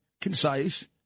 concise